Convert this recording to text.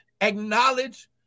acknowledge